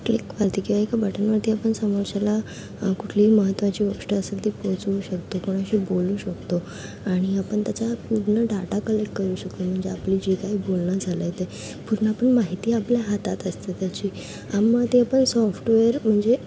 क्लिकवरती किंवा एका बटनवरती आपण समोरच्याला कुठलीही महत्त्वाची गोष्ट असेल ती पोहोचवू शकतो कोणाशी बोलू शकतो आणि आपण त्याचा पूर्ण डाटा कलेक्ट करू शकतो म्हणजे आपलं जे काही बोलणं झालं आहे ते पूर्णपणे माहिती आपल्या हातात असते त्याची मग ते आपण सॉफ्टवेअर म्हणजे